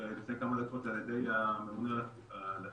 לפני כמה דקות על ידי הממונה על הפיקוח,